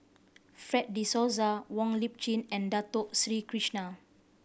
Fred De Souza Wong Lip Chin and Dato Sri Krishna